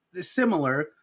similar